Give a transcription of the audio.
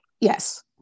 Yes